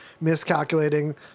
miscalculating